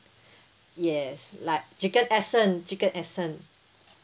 yes like chicken essence chicken essence